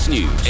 News